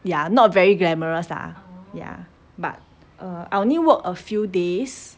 ya not very glamorous lah ya but err I only work a few days